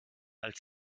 als